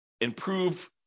improve